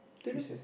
don't know